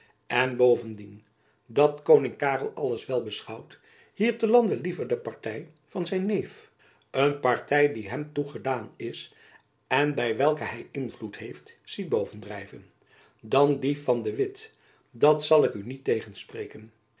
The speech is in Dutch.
en bovendien dat koning karel alles wel beschouwd hier te lande liever de party van zijn neef een party die hem toegedaan is en by welke hy invloed heeft ziet bovendrijven dan die van de witt dat zal ik u niet tegenspreken